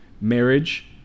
marriage